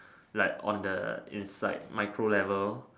like on the inside micro level